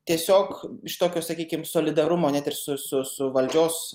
tiesiog iš tokio sakykim solidarumo net it su su su valdžios